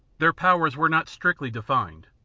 their powers were not strictly defined,